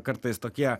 kartais tokie